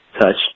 touch